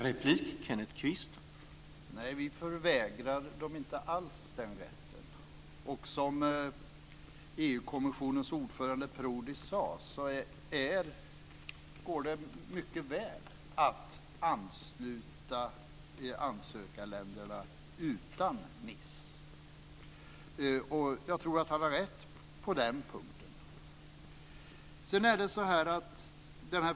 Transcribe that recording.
Herr talman! Nej, vi förvägrar dem inte alls den rätten. Som EU-kommissionens ordförande Prodi sade går det mycket väl att ansluta ansökarländerna utan Nicefördraget. Jag tror att han har rätt på den punkten.